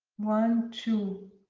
one, two,